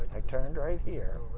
i turned right here.